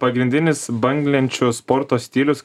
pagrindinis banglenčių sporto stilius